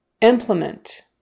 implement